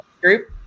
group